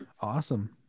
awesome